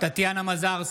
טטיאנה מזרסקי,